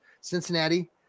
Cincinnati